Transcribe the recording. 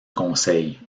conseil